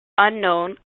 unknown